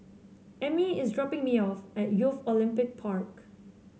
Emmy is dropping me off at Youth Olympic Park